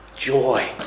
Joy